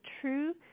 true